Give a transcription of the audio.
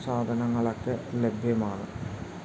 സാധനങ്ങളൊക്കെ ലഭ്യമാണ്